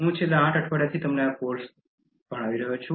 હું છેલ્લા આઠ અઠવાડિયાથી તમને આ કોર્સ આપું છું